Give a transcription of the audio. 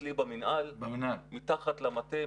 אצלי במינהל מתחת למטה,